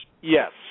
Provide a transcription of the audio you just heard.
Yes